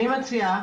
אני מציעה